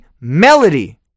melody